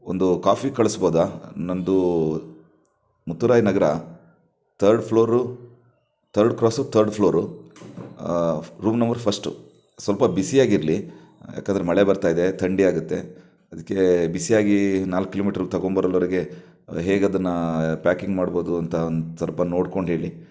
ಒಂದು ಕಾಫಿ ಕಳ್ಸ್ಬೌದಾ ನನ್ನದು Mutturaya Nagar third floor third cross third floor room number first ಸ್ವಲ್ಪ ಬಿಸಿಯಾಗಿರಲಿ ಯಾಕಂದ್ರೆ ಮಳೆ ಬರ್ತಾ ಇದೆ ಥಂಡಿಯಾಗುತ್ತೆ ಅದಕ್ಕೆ ಬಿಸಿಯಾಗಿ ನಾಲ್ಕು ಕಿಲೋಮೀಟ್ರು ತಗೊಂಡ್ಬರೊಲ್ವರ್ಗೆ ಹೇಗೆ ಅದನ್ನು ಪ್ಯಾಕಿಂಗ್ ಮಾಡ್ಬೌದು ಅಂತ ಒಂದು ಸ್ವಲ್ಪ ನೋಡ್ಕೊಂಡು ಹೇಳಿ